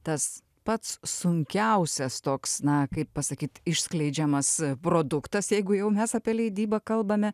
tas pats sunkiausias toks na kaip pasakyt išskleidžiamas produktas jeigu jau mes apie leidybą kalbame